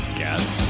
guess